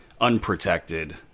unprotected